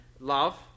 Love